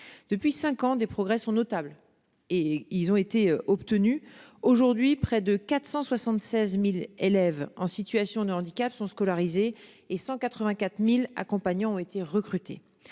Depuis 5 ans, des progrès sont notables et ils ont été obtenus aujourd'hui près de 476.000 élèves en situation de handicap sont scolarisés et 184.000 accompagnants ont été recrutés.